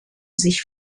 sich